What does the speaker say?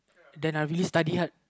then I'll really study hard